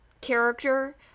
character